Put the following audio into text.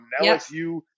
LSU